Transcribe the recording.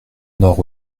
nord